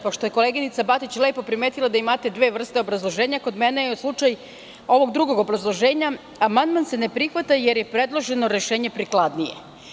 Pošto je koleginica Batić lepo primetila da imate dve vrste obrazloženja, kod mene je slučaj ovog drugog obrazloženja – amandman se ne prihvata jer je predloženo rešenje prikladnije.